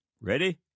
Ready